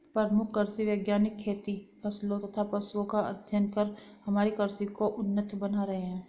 प्रमुख कृषि वैज्ञानिक खेती फसलों तथा पशुओं का अध्ययन कर हमारी कृषि को उन्नत बना रहे हैं